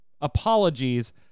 apologies